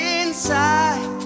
inside